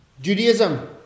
Judaism